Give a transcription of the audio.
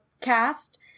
cast